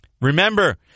Remember